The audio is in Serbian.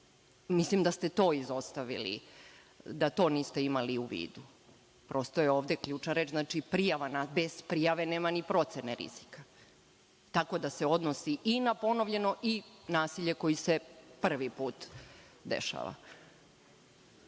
Mislim da ste to izostavili, da to niste imali u vidu. Prosto je ovde ključna reč - prijava, bez prijave nema ni procene rizika. Tako da se odnosi i na ponovljeno i nasilje koji se prvi put dešava.